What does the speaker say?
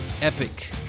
epic